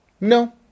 no